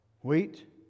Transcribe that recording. Wheat